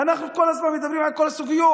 אנחנו כל הזמן מדברים על כל הסוגיות.